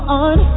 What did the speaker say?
on